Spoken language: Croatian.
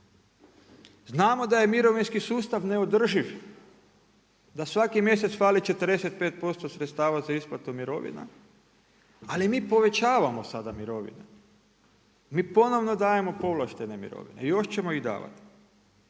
Znamo da je mirovinski sustav neodrživ, da svaki mjesec fali 45% sredstava za isplatu mirovina ali mi povećavamo sada mirovine, mi ponovno dajemo povlaštene mirovine i još ćemo ih davati.